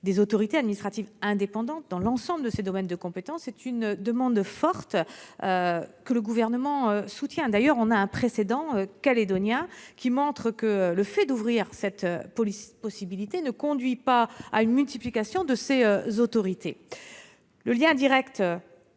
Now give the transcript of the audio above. des autorités administratives indépendantes dans l'ensemble de ses domaines de compétence est une demande forte que le Gouvernement soutient. Le précédent calédonien montre d'ailleurs que l'ouverture de cette possibilité ne conduit pas à une multiplication de ces autorités. Le lien direct